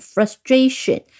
Frustration